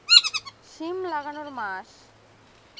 সিম লাগানোর মাস?